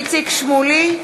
איציק שמולי,